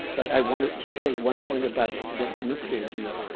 but i want to say one point about the nuclear deal.